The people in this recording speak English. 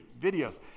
videos